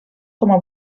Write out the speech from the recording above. coma